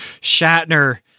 Shatner